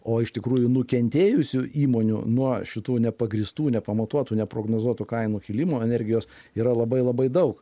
o iš tikrųjų nukentėjusių įmonių nuo šitų nepagrįstų nepamatuotų neprognozuotų kainų kilimo energijos yra labai labai daug